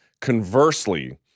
Conversely